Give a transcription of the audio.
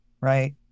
right